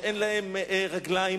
שאין להם רגליים,